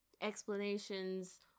explanations